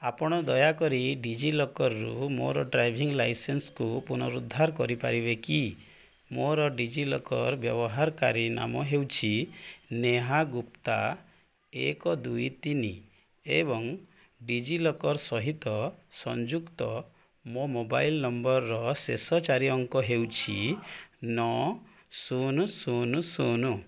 ଆପଣ ଦୟାକରି ଡି ଜି ଲକର୍ରୁ ମୋର ଡ୍ରାଇଭିଂ ଲାଇସେନ୍ସକୁ ପୁନରୁଦ୍ଧାର କରିପାରିବେ କି ମୋର ଡି ଜି ଲକର୍ ବ୍ୟବହାରକାରୀ ନାମ ହେଉଛି ନେହା ଗୁପ୍ତା ଏକ ଦୁଇ ତିନି ଏବଂ ଡି ଜି ଲକର୍ ସହିତ ସଂଯୁକ୍ତ ମୋ ମୋବାଇଲ୍ ନମ୍ବର୍ର ଶେଷ ଚାରି ଅଙ୍କ ହେଉଛି ନଅ ଶୂନ ଶୂନ ଶୂନ